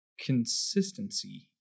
consistency